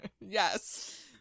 Yes